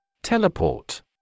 Teleport